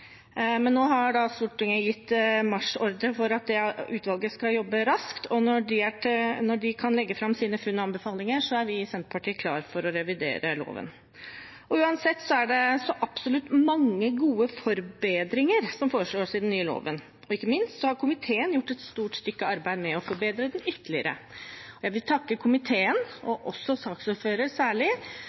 Nå har Stortinget gitt marsjordre til at utvalget skal jobbe raskt, og når de kan legge fram sine funn og anbefalinger, er vi i Senterpartiet klar for å revidere loven. Uansett er det så absolutt mange gode forbedringer som foreslås i den nye loven, og ikke minst har komiteen gjort et stort stykke arbeid med å forbedre den ytterligere. Jeg vil takke komiteen, og